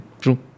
True